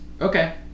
Okay